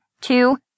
two